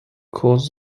cause